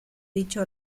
dicho